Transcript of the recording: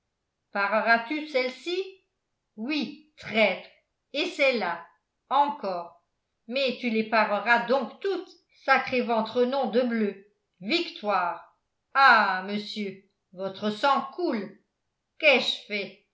pareras tu celle-ci oui traître et celle-là encore mais tu les pareras donc toutes sacréventrenom de bleu victoire ah monsieur votre sang coule qu'ai-je fait